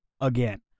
again